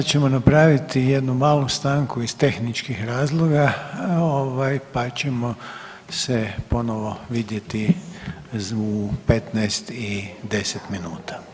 Sad ćemo napraviti jednu malu stanku iz tehničkih razloga, pa ćemo se ponovo vidjeti u 15,10 minuta.